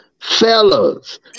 fellas